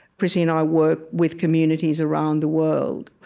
chrissy and i work with communities around the world.